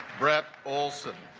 brett olson